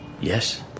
yes